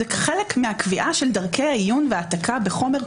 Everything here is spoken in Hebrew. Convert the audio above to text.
זה חלק מהקביעה של דרכי העיון והעתקה בחומר.